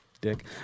dick